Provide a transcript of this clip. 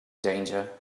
danger